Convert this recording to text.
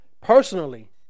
personally